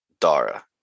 Dara